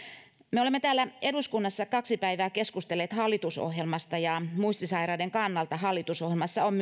me olemme täällä eduskunnassa kaksi päivää keskustelleet hallitusohjelmasta ja muistisairaiden kannalta hallitusohjelmassa on